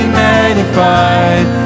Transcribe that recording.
magnified